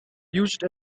used